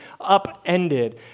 upended